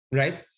right